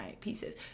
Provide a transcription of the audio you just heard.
pieces